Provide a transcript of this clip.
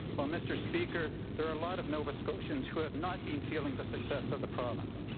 well mr. speaker, there are a lot of nova scotians who have not been feeling the success of the province.